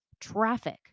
traffic